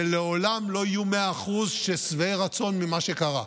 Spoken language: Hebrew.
ולעולם לא יהיו 100% ששבעי רצון ממה שקרה.